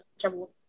trouble